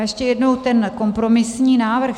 Ještě jednou ten kompromisní návrh.